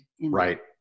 Right